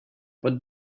but